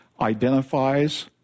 identifies